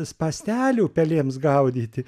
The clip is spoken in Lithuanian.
spąstelių pelėms gaudyti